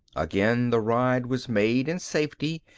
again the ride was made in safety,